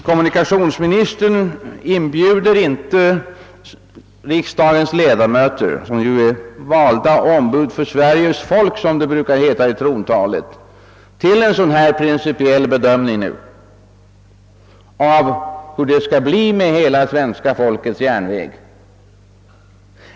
Kommunikationsministern inbjuder som sagt inte riksdagens ledamöter — »valda ombud för Sveriges folk», som det brukar heta i trontalet — till en sådan principiell bedömning av hur det skall bli med »hela folkets järnväg».